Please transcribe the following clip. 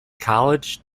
college